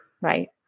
Right